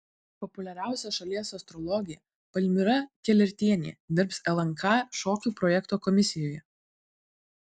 populiariausia šalies astrologė palmira kelertienė dirbs lnk šokių projekto komisijoje